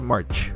March